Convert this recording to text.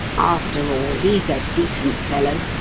after all, he's a decent fellow.